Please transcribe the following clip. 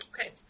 Okay